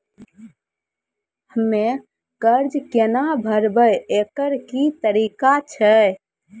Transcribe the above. हम्मय कर्जा केना भरबै, एकरऽ की तरीका छै?